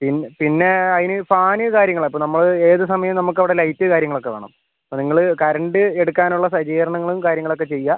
പിന്നെ പിന്നെ അതിന് ഫാൻ കാര്യങ്ങൾ അപ്പം നമ്മൾ ഏത് സമയവും നമുക്ക് അവിടെ ലൈറ്റ് കാര്യങ്ങൾ ഒക്കെ വേണം അപ്പം നിങ്ങൾ കറണ്ട് എടുക്കാൻ ഉള്ള സജ്ജീകരണങ്ങളും കാര്യങ്ങൾ ഒക്കെ ചെയ്യുക